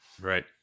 right